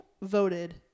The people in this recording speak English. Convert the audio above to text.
voted